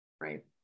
Right